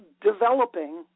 developing